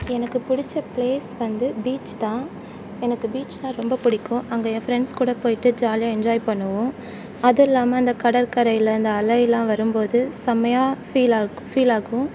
எனக்கு பிடித்த ப்ளேஸ் வந்து பீச் தான் எனக்கு பீச்னா ரொம்ப பிடிக்கும் அங்கே என் ஃப்ரண்ட்ஸ் கூட போயிட்டு ஜாலியாக என்ஜாய் பண்ணுவோம் அது இல்லாமல் அந்த கடற்கரையில் அந்த அலையெலாம் வரும் போது செமயா ஃபீல் ஆகு ஃபீல் ஆகும்